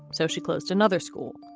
so she closed another school.